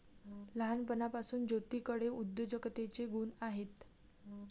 लहानपणापासून ज्योतीकडे उद्योजकतेचे गुण आहेत